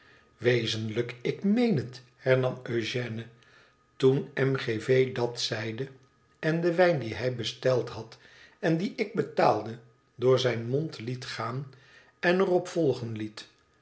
wezenlijk ik meen het hernam eugène itoenm g v datzeide en den wijn dien hij besteld had en dien ik betaalde door zijn mond liet gaan en er op volgen liet